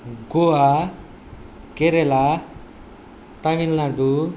Goa Kerala Tamil Nadu